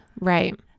Right